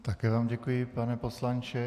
Také vám děkuji, pane poslanče.